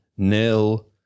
Nil